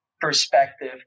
perspective